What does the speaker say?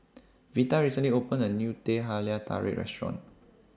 Vita recently opened A New Teh Halia Tarik Restaurant